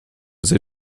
sie